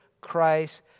Christ